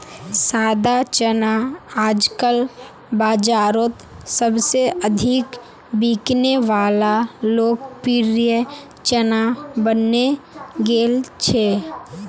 सादा चना आजकल बाजारोत सबसे अधिक बिकने वला लोकप्रिय चना बनने गेल छे